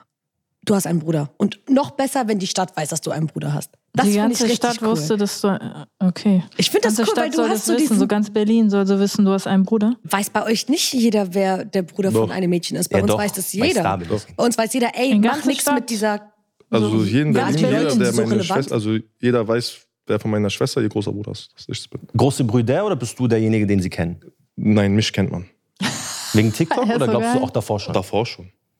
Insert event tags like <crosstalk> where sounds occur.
Du hast einen Bruder. Und noch besser, wenn die Stadt weiß, dass du einen Bruder hast. Die Das find ganze ich richtig Stadt cool. wusste, dass du- äh, okay. Ich find das Ganze cool, weil Stadt du soll hast das so wissen. So diesen- ganz Berlin soll so wissen, du hast einen Bruder? Weiß bei euch nicht jeder, wer der Bruder Doch. von einem Mädchen ist? Bei Ja, uns weiß doch. das jeder. Weiß David. Doch. Bei uns weiß jeder, ey, In mach ganz nix mit Stadt? dieser- Also So hier in ganz Berlin, jeder, Berlin? der meine Schwester- Ja, die Leute, sie sind so relevant. also jeder weiß, wer von meiner Schwester ihr großer Bruder ist. Das ist nicht so. Große Brüder, oder bist du derjenige, den sie kennen? Nein, mich kennt man. <laughs> Wegen TikTok, <laughs> Ja, oder so glaubst du geil. auch davor schon? Davor schon.